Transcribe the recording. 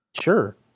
Sure